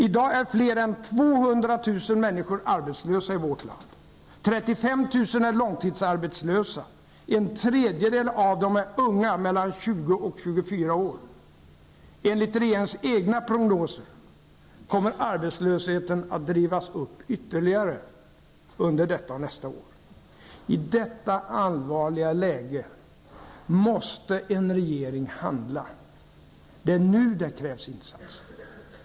I dag är fler än 200 000 människor arbetslösa i vårt land -- 35 000 är långtidsarbetslösa, och en tredjedel av dem är unga, mellan 20 och 24 år. Enligt regeringens egna prognoser kommer arbetslösheten att drivas upp ytterligare under detta och nästa år. I detta allvarliga läge måste en regering handla. Det är nu som det krävs insatser.